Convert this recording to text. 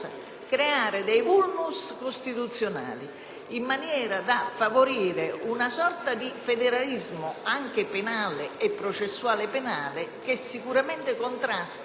creare dei *vulnus* costituzionali in maniera da favorire una sorta di federalismo, anche penale e processuale penale, che sicuramente contrasta